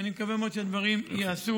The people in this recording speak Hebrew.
ואני מקווה מאוד שהדברים ייעשו.